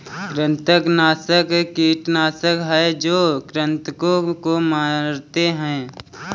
कृंतकनाशक कीटनाशक हैं जो कृन्तकों को मारते हैं